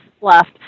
left